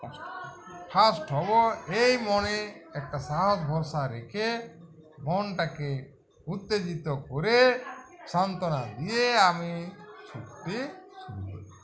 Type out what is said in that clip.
first হব এই মনে একটা সাহস ভরসা রেখে মনটাকে উত্তেজিত করে সান্ত্বনা দিয়ে আমি ছুটতে শুরু করি